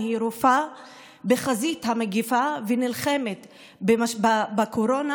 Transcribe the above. היא רופאה בחזית המגפה ונלחמת בקורונה,